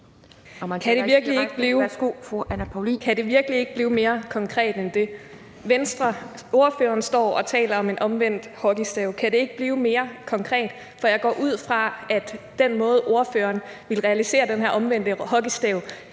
Kan det virkelig ikke blive mere konkret end det? Ordføreren står og taler om en omvendt hockeystav. Kan det ikke blive mere konkret? For jeg går ud fra, at den måde, som ordføreren vil realisere den her omvendte hockeystav